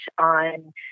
on